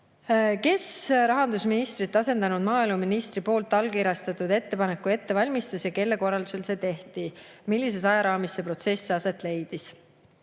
"Kes rahandusministrit asendanud maaeluministri poolt allkirjastatud ettepaneku ette valmistas ja kelle korraldusel seda tehti? Millises ajaraamis see protsess aset leidis?"